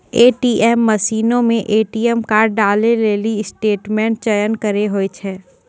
ATM मशीनो मे ATM card डालै लेली स्टेटमेंट चयन करे होय छै